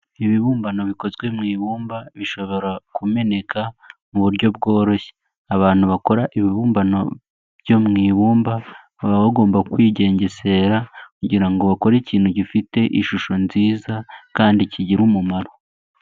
Ibibumbano bikozwe mu ibumba bishobora kumeneka mu buryo bworoshye, abantu bakora ibibumbano byo mu ibumba baba bagomba kwigengesera kugira ngo bakore ikintu gifite ishusho nziza kandi kigira umumaro.